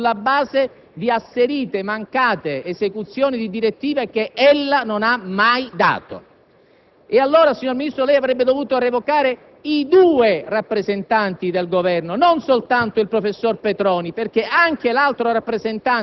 Grazie, signor Ministro,